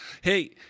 Hey